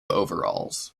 overalls